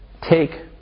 Take